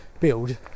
build